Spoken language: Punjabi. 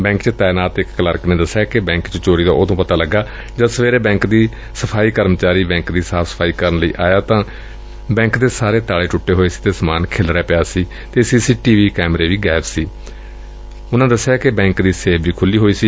ਬੈਂਕ ਵਿਚ ਤਾਇਨਾਤ ਕਲਰਕ ਨੇ ਦਸਿਆ ਕਿ ਬੈਂਕ ਚ ਚੋਰੀ ਦਾ ਉਦੋਂ ਪਤਾ ਲੱਗਾ ਜਦੋਂ ਸਵੇਰੇ ਬੈਂਕ ਦੀ ਸਫ਼ਾਈ ਕਰਮਚਰੀ ਬੈਂਕ ਦੀ ਸਾਫ਼ ਸਫ਼ਾਈ ਕਰਨ ਲਈ ਆਇਆ ਤਾਂ ਬੈਂਕ ਦੇ ਸਾਰੇ ਤਾਲੇ ਟੁੱਟੇ ਹੋਏ ਸਨ ਅਤੇ ਸਮਾਨ ਖਿਲਰਿਆ ਪਿਆ ਸੀ ਅਤੇ ਸੀ ਸੀ ਟੀ ਵੀ ਕੈਮਰੇ ਗਾਇਬ ਸਨ ਅਤੇ ਬੈਂਕ ਦੀ ਸੇਫ ਵੀ ਖੁੱਲ੍ਹੀ ਪਈ ਸੀ